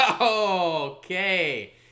okay